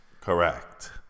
Correct